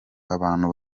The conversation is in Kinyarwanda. abantu